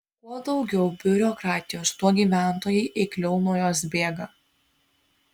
kuo daugiau biurokratijos tuo gyventojai eikliau nuo jos bėga